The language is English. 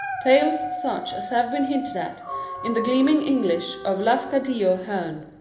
tales such as have been hinted at in the gleaming english of lafcadio hearn.